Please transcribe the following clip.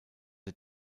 der